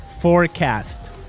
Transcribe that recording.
forecast